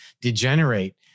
degenerate